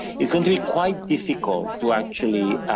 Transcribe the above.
it's gonna be quite difficult to actually,